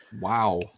Wow